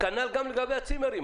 כנ"ל לגבי הצימרים.